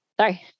Sorry